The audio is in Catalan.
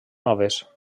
noves